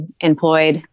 employed